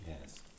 Yes